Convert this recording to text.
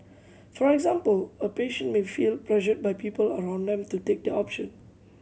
for example a patient may feel pressured by people around them to take the option